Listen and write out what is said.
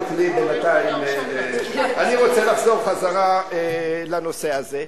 ותוכלי בינתיים, אני רוצה לחזור לנושא הזה.